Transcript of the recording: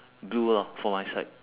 blue ah for my side